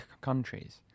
countries